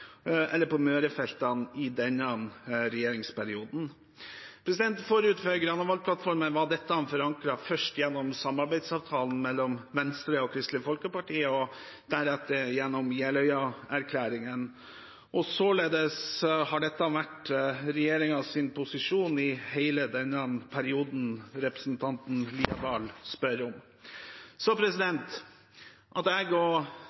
eller på Mørefeltene i denne regjeringsperioden. Forut for Granavolden-plattformen var dette først forankret gjennom samarbeidsavtalen med Venstre og Kristelig Folkeparti og deretter gjennom Jeløya-erklæringen. Således har dette vært regjeringens posisjon i hele den perioden som representanten Haukeland Liadal spør om. At jeg og